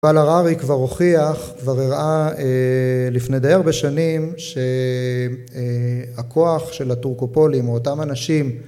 יובל הררי היא כבר הוכיח, כבר הראה לפני די הרבה שנים שהכוח של הטורקופולים או אותם אנשים